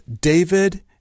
David